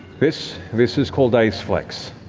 this, this is called iceflex.